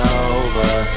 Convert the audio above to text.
over